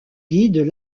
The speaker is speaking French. guides